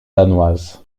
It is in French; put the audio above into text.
danoise